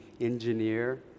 engineer